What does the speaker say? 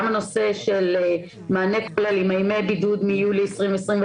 כל הנושא של מענה לימי בידוד מיולי 2021,